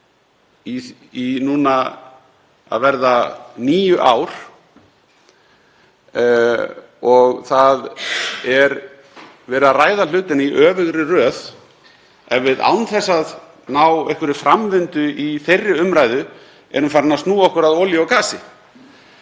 í núna að verða níu ár? Það er verið að ræða hlutina í öfugri röð ef við, án þess að ná einhverri framvindu í þeirri umræðu, erum farin að snúa okkur að olíu og gasi.